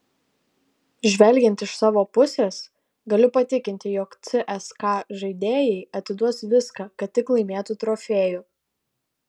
žvelgiant iš savo pusės galiu patikinti jog cska žaidėjai atiduos viską kad tik laimėtų trofėjų